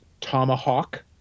Tomahawk